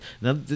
Now